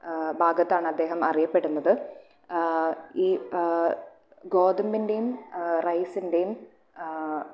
ഭാഗത്താണ് അദ്ദേഹം അറിയപ്പെടുന്നത് ഈ ഗോതമ്പിൻറെയും റൈസിന്റെയും